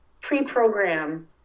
pre-program